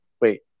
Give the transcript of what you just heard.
wait